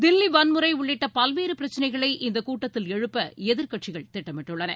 தில்லி வன்முறை உள்ளிட்ட பல்வேறு பிரச்சினைகளை இந்தக் கூட்டத்தில் எழுப்ப எதிர்க்கட்சிகள் திட்டமிட்டுள்ளன